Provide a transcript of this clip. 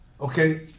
Okay